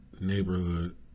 neighborhood